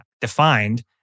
defined